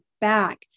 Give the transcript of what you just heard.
back